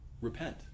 Repent